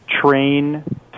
train